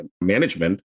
management